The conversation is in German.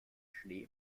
schnee